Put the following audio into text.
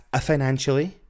financially